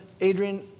Adrian